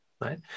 right